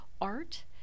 art